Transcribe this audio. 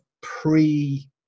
pre